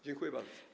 Dziękuję bardzo.